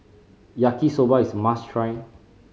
Yaki Soba is must try